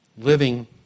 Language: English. living